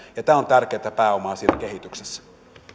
ja tämä on tärkeätä pääomaa siinä kehityksessä